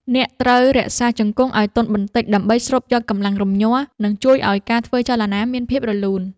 អ្នកត្រូវរក្សាជង្គង់ឱ្យទន់បន្តិច ដើម្បីស្រូបយកកម្លាំងរំញ័រ និងជួយឱ្យការធ្វើចលនាមានភាពរលូន។